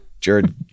Jared